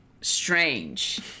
strange